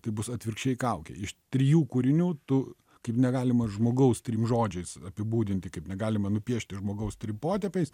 tai bus atvirkščiai kaukei iš trijų kūrinių tu kaip negalima žmogaus trim žodžiais apibūdinti kaip negalima nupiešti žmogaus trim potėpiais